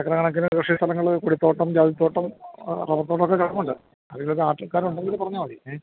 acre കണക്കിന് കൃഷി സ്ഥലങ്ങൾ തോട്ടം റബറു തോട്ടം ഒക്കെ കിടപ്പുണ്ട് അതിനു പാർട്ടിക്കാരുണ്ടെങ്കിൽ പറഞ്ഞാ മതി ഏ